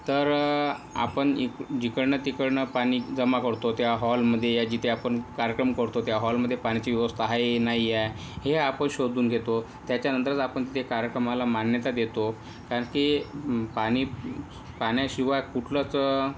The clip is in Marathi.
तर आपण जिकडनं तिकडनं पाणी जमा करतो त्या हॉलमध्ये या जिथे आपण कार्यक्रम करतो त्या हॉलमध्ये पाण्याची व्यवस्था आहे नाही आहे हे आपण शोधून घेतो त्याच्यानंतरच आपण त्या कार्यक्रमाला मान्यता देतो कारण की पाणी पाण्याशिवाय कुठलंच